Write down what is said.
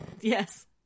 Yes